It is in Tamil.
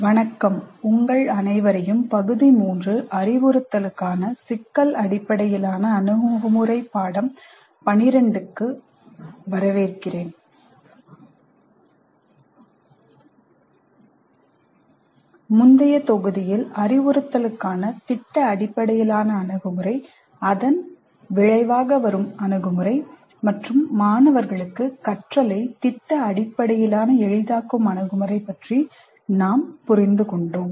வணக்கம் உங்கள் அனைவரையும் பகுதி 3 அறிவுறுத்தலுக்கான சிக்கல் அடிப்படையிலான அணுகுமுறை பாடம் 12க்கு வரவேற்கிறேன் முந்தைய தொகுதியில் அறிவுறுத்தலுக்கான திட்ட அடிப்படையிலான அணுகுமுறை அதன் விளைவாக வரும் அணுகுமுறை அல்லது மாணவர்களுக்கு கற்றலை திட்ட அடிப்படையிலான எளிதாக்கும் அணுகுமுறை பற்றி நாம் புரிந்து கொண்டோம்